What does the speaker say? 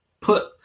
put